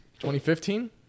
2015